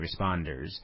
responders